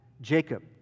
Jacob